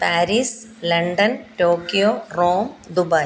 Paris London Tokyo Rome Dubai